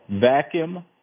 vacuum